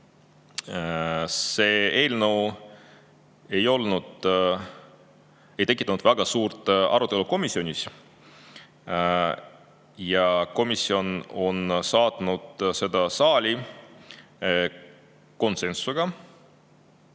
See eelnõu ei tekitanud väga suurt arutelu komisjonis ja komisjon on saatnud selle saali konsensusega.